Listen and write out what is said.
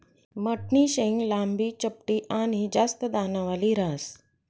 मठनी शेंग लांबी, चपटी आनी जास्त दानावाली ह्रास